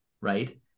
Right